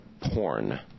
porn